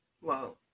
Whoa